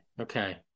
okay